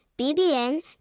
BBN